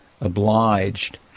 obliged